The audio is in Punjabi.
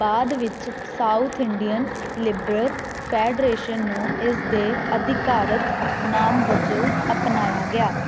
ਬਾਅਦ ਵਿੱਚ ਸਾਊਥ ਇੰਡੀਅਨ ਲਿਬਰਲ ਫੈਡਰੇਸ਼ਨ ਨੂੰ ਇਸ ਦੇ ਅਧਿਕਾਰਤ ਨਾਮ ਵਜੋਂ ਅਪਣਾਇਆ ਗਿਆ